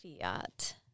Fiat